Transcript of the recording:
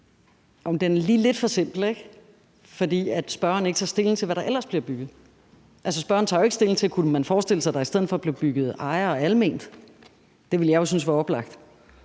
er lige lidt for simpel, ikke? For spørgeren tager ikke stilling til, hvad der ellers bliver bygget. Spørgeren tager jo ikke stilling til, om man kunne forestille sig, at der i stedet for blev bygget ejerboliger og almene boliger. Det ville jeg jo synes var oplagt.